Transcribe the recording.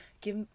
Give